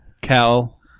Cal